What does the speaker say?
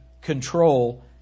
control